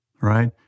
right